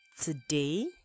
Today